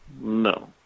No